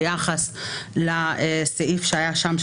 ביחס לסעיף שהיה שם,